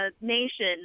nation